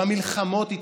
במלחמות איתכם.